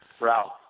Ralph